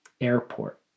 airport